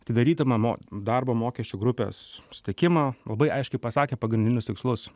atidarydama mo darbo mokesčių grupės susitikimą labai aiškiai pasakė pagrindinius tikslus